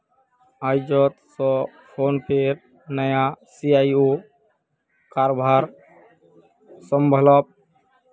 आइज स फोनपेर नया सी.ई.ओ कारभार संभला बे